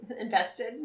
invested